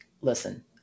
Listen